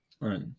Right